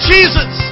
Jesus